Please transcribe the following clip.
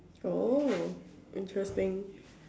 oh interesting